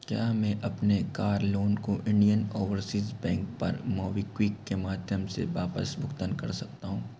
क्या मैं अपने कार लोन को इंडियन ओवरसीज़ बैंक पर मोबिक्विक के माध्यम से वापस भुगतान कर सकता हूँ